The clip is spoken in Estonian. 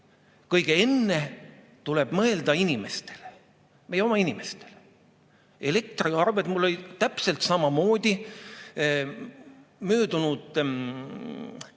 Kõige enne tuleb mõelda inimestele, meie oma inimestele. Elektriarved. Mul oli täpselt samamoodi. Möödunud aasta